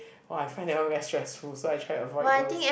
!wah! I find that one very stressful so I try to avoid those